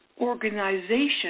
organization